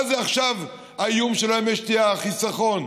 מה זה עכשיו האיום שלהם על מי השתייה, החיסכון?